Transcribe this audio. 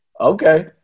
Okay